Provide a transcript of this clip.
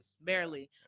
Barely